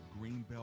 Greenbelt